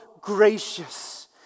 gracious